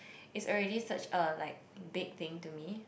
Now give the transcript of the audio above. is already such a like big thing to me